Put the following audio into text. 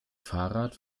fahrrad